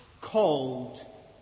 called